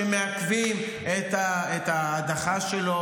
שמעכבים את ההדחה שלו?